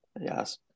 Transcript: Yes